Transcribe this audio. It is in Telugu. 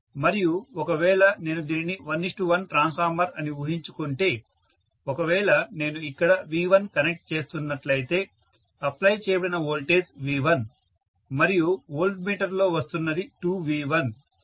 మరియు ఒకవేళ నేను దీనిని 11 ట్రాన్స్ఫార్మర్ అని ఊహించుకుంటే ఒకవేళ నేను ఇక్కడ V1 కనెక్ట్ చేస్తున్నట్లయితే అప్లై చేయబడిన వోల్టేజ్ V1 మరియు వోల్ట్ మీటర్ లో వస్తున్నది 2V1